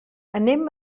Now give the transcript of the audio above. anem